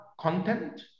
content